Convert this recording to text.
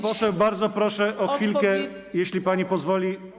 Pani poseł, bardzo proszę o chwilkę, jeśli pani pozwoli.